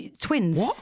twins